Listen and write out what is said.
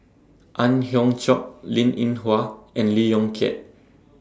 Ang Hiong Chiok Linn in Hua and Lee Yong Kiat